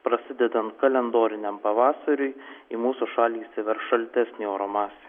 prasidedant kalendoriniam pavasariui į mūsų šalį įsiverš šaltesnio oro masė